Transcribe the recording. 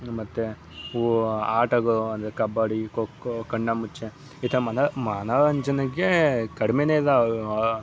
ಮತ್ತು ಓ ಆಟಗಳು ಅಂದರೆ ಕಬಡ್ಡಿ ಖೋಖೋ ಕಣ್ಣಾ ಮುಚ್ಚೆ ಈ ಥರ ಮನ ಮನೋರಂಜನೆಗೆ ಕಡಿಮೆನೆ ಇಲ್ಲ